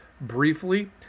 briefly